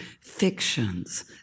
fictions